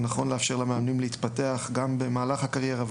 ושנכון לאפשר למאמנים להתפתח גם במהלך הקריירה,